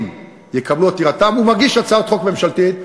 תתקבל עתירתם הוא מגיש הצעת חוק ממשלתית,